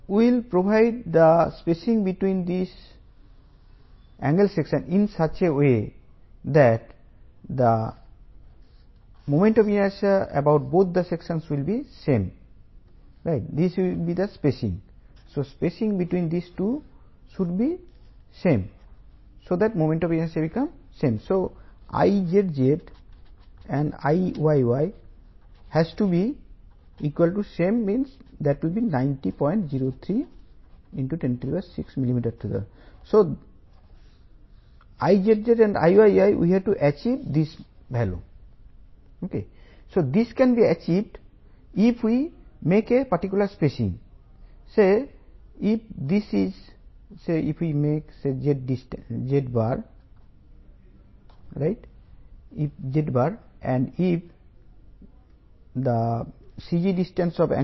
ISA 90 × 90 × 8 యొక్క సంబంధిత properties table III SP 6 1 A 1379 mm2 Czz Cyy 25